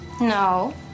No